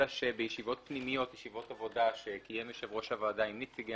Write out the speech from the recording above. אלא שבישיבות עבודה פנימיות שקיים יושב-ראש הוועדה עם נציגי